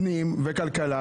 פנים וכלכלה,